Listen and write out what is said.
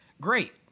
great